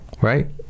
right